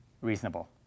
reasonable